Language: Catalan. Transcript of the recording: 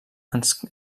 ens